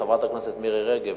חברת הכנסת מירי רגב,